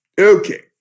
Okay